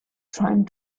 trying